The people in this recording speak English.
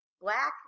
black